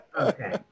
okay